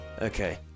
Okay